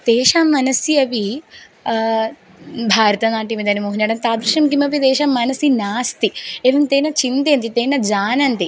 तेषां मनसि अपि भारतनाट्यम् इदानीं महिनि आट्टं तादृशं किमपि तेषां मनसि नास्ति एवं ते न चिन्तयन्ति ते न जानन्ति